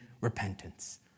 repentance